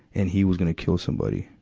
and he was gonna kill somebody.